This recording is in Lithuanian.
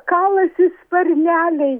kalasi sparneliai